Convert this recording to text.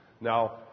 Now